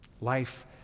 Life